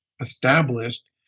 established